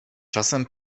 czasem